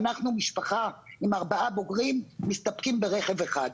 ואנחנו משפחה עם ארבעה בוגרים ומסתפקים ברכב אחד.